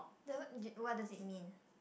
then what what does it mean